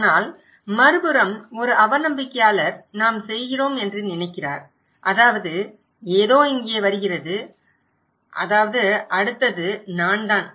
ஆனால் மறுபுறம் ஒரு அவநம்பிக்கையாளர் நாம் செய்கிறோம் என்று நினைக்கிறார் அதாவது ஏதோ இங்கே வருகிறது அதாவது அடுத்தது நான்தான்